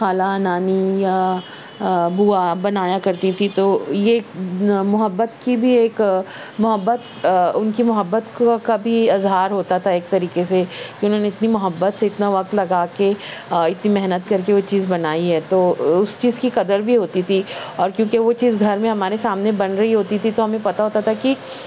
خالہ نانی یا بوا بنایا کرتی تھیں تو یہ ایک محبت کی بھی ایک محبت ان کی محبت کو کبھی اظہار ہوتا تھا ایک طریقہ سے انہوں نے اتنی محبت سے اتنا وقت لگا کے اتنی محنت کر کے وہ چیز بنائی ہے تو اس چیز کی قدر بھی ہوتی تھی اور کیونکہ وہ چیز گھر میں ہمارے سامنے بن رہی ہوتی تھی تو ہمیں پتہ ہوتا تھا کہ